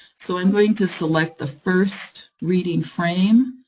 so i'm going to select the first reading frame,